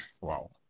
Wow